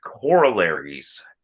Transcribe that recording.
corollaries